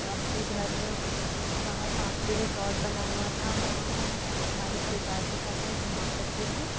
अपने घर वहाँ ताप्ती रिसॉर्ट बना हुआ था वहाँ हम हमारे परिवार के साथ में घूमा करते थे